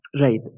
Right